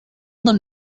them